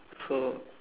so